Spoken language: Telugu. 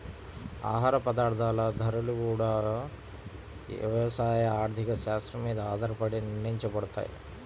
ఆహార పదార్థాల ధరలు గూడా యవసాయ ఆర్థిక శాత్రం మీద ఆధారపడే నిర్ణయించబడతయ్